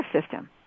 system